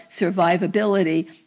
survivability